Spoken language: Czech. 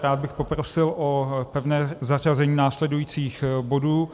Rád bych poprosil o pevné zařazení následujících bodů.